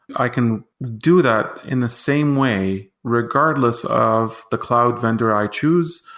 i can do that in the same way regardless of the cloud vendor i choose,